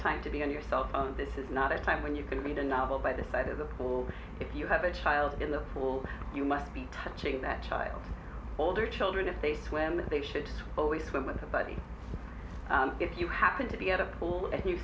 time to be on your cell phone this is not a time when you can read a novel by the side of the pool if you have a child in the pool you must be touching that child older children if they swim they should always swim with a buddy if you happen to be out of school if you